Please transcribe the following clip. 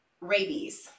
rabies